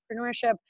entrepreneurship